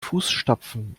fußstapfen